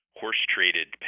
horse-traded